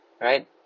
right